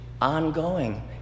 ongoing